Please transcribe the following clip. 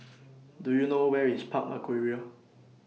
Do YOU know Where IS Park Aquaria